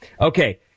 okay